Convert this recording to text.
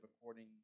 according